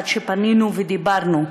עד שפנינו ודיברנו.